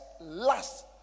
last